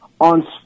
on